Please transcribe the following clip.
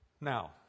Now